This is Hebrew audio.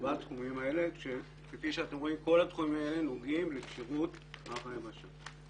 בתחומים האלה שכפי שאתם רואים כולם נוגעים לכשירות כוח היבשה.